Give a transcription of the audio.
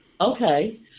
Okay